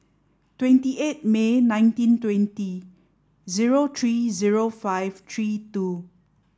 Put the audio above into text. twenty eight May nineteen twenty zero three zero five three two